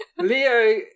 Leo